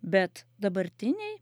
bet dabartiniai